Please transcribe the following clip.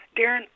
Darren